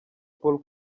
paul